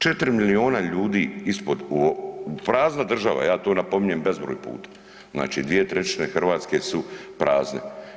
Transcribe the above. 4 milijuna ljudi ispod, prazna država, ja to napominjem bezbroj puta, znači 2/3 Hrvatske su prazne.